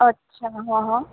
અચ્છા હા હા